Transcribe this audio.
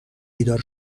بیدار